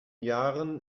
jahren